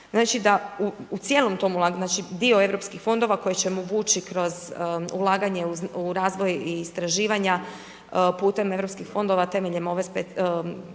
Znači da u cijelom tom ulaganju, dio europskih fondova koje ćemo vući uz ulaganje u razvoj istraživanja putem europskih fondova temeljem ove Strategije